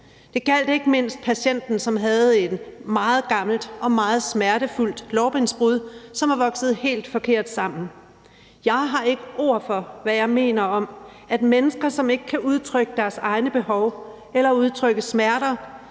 Det gjaldt ikke mindst patienten, som havde et meget gammelt og meget smertefuldt lårbensbrud, som var vokset helt forkert sammen. Jeg har ikke ord for, hvad jeg mener om, at mennesker, som ikke kan udtrykke deres egne behov eller udtrykke smerter,